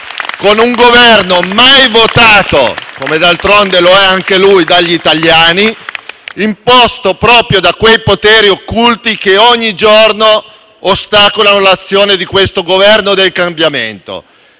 con un Governo mai votato dagli italiani - come d'altronde lo è anche lui - e imposto proprio da quei poteri occulti che ogni giorno ostacolano l'azione di questo Governo del cambiamento,